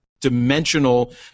dimensional